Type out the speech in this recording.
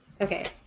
Okay